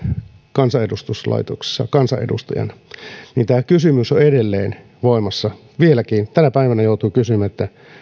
kansanedustuslaitoksessa kansanedustajana tämä kysymys on edelleen voimassa vieläkin tänä päivänä joutuu kysymään